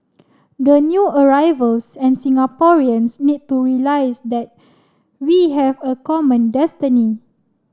the new arrivals and Singaporeans need to realise that we have a common destiny